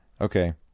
Okay